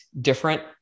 different